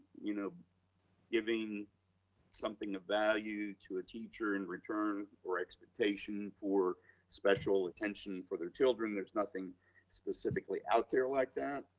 you know giving something of value to a teacher in return or expectation for special attention for their children, there's nothing specifically out there like that,